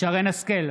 שרן מרים השכל,